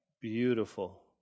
Beautiful